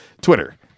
Twitter